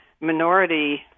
minority